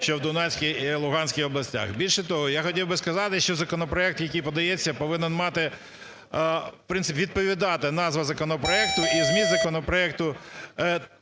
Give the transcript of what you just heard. що в Донецькій і Луганській областях. Більше того, я хотів би сказати, що законопроект, який подається, повинен мати, в принципі відповідати назва законопроекту і зміст законопроекту